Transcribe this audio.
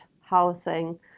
housing